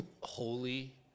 holy